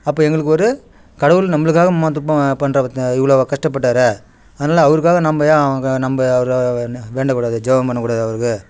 அப்போ எங்களுக்கு ஒரு கடவுள் நம்பளுக்காக இம்மா இவ்வளோ கஷ்டப்பட்டார் அதனாலே அவருக்காக நம்ப ஏன் க நம்ப அவரை ந வேண்டக்கூடாது ஜபம் பண்ணக்கூடாது அவருக்கு